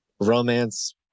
romance